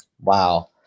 wow